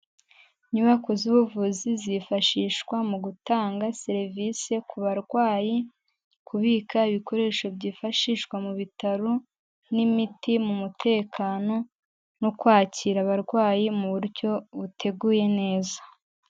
inyubako z'ubuvuzi zifashishwa mu gutanga serivisi ku barwayi, kubika ibikoresho byifashishwa mu bitaro n'imiti mu mutekano no kwakira abarwayi mu buryo buteguye neza